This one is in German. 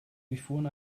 durchfuhren